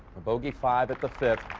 a bogey five at the fifth,